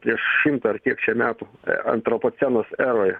prieš šimtą ar kiek čia metų antropocenos eroj